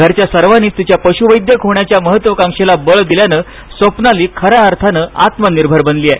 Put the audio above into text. घरच्या सर्वानीच तिच्या पशुवैद्यक होण्याच्या महत्त्वाकांक्षेला बळ दिल्यान स्वप्नाली खऱ्या अर्थानं आत्मनिर्भर बनलीय